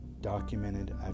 Documented